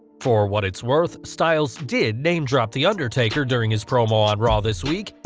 for what it's worth styles did name drop the undertaker during his promo on raw this week,